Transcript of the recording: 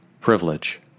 privilege